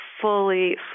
fully